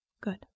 Good